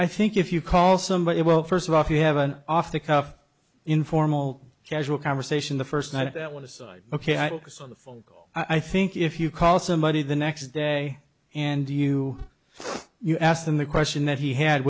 i think if you call somebody well first of all if you have an off the cuff informal casual conversation the first night that one aside ok i'll pass on the phone call i think if you call somebody the next day and you you ask them the question that he had